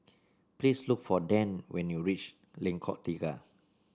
please look for Dann when you reach Lengkong Tiga